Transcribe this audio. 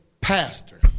pastor